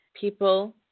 people